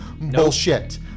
Bullshit